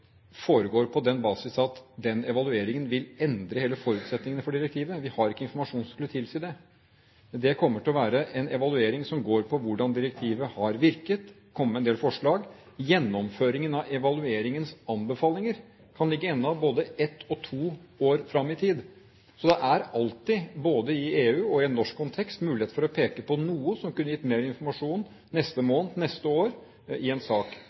foregår på basis av at den evalueringen vil endre hele forutsetningen for direktivet. Vi har ikke informasjon som skulle tilsi det. Det kommer til å være en evaluering som går på hvordan direktivet har virket, og komme med en del forslag. Gjennomføringen av evalueringens anbefalinger kan ligge både ett og to år fram i tid, så det er alltid både i EU og i norsk kontekst mulighet for å peke på noe som kunne ha gitt mer informasjon neste måned, neste år, i en sak.